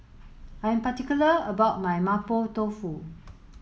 I am particular about my Mapo Tofu